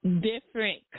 different